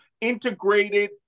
integrated